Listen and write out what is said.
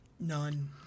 None